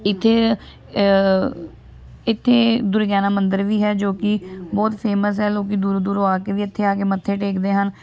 ਇੱਥੇ ਇੱਥੇ ਦੁਰਗਿਆਨਾ ਮੰਦਰ ਵੀ ਹੈ ਜੋ ਕਿ ਬਹੁਤ ਫੇਮਸ ਹੈ ਲੋਕ ਦੂਰੋਂ ਦੂਰੋਂ ਆ ਕੇ ਵੀ ਇੱਥੇ ਆ ਕੇ ਮੱਥੇ ਟੇਕਦੇ ਹਨ